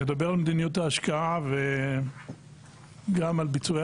נדבר על מדיניות ההשקעה וגם על ביצועי